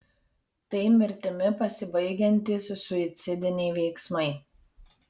tai mirtimi pasibaigiantys suicidiniai veiksmai